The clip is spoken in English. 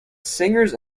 singers